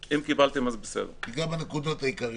תיגע בנקודות העיקריות.